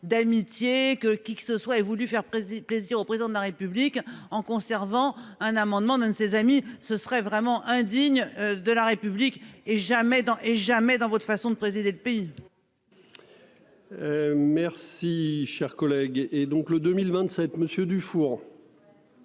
d'amitié que qui que ce soit et voulu faire préside plaisir au président de la République en conservant un amendement d'un de ses amis. Ce serait vraiment indigne de la République et jamais dans et jamais dans votre façon de présider le pays. Merci cher collègue. Et donc le 2027 monsieur Dufour.